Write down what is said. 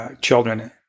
children